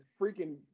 freaking